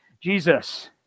Jesus